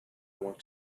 want